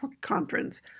conference